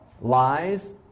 lies